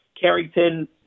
Carrington